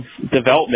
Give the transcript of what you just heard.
development